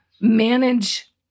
manage